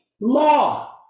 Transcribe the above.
law